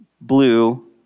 blue